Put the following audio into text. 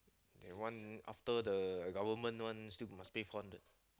the one after the government one still must pay four hundred